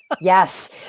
Yes